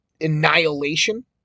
annihilation